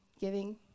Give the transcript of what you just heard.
giving